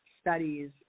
studies